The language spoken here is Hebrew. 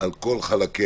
על כל חלקי,